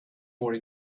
more